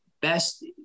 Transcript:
best